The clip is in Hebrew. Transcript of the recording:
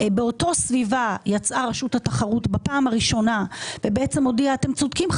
באותה סביבה יצאה רשות התחרות בפעם הראשונה ובעצם הודיעה 'אתם צודקים,